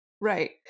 Right